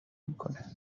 میکنه